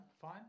Fine